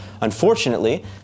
Unfortunately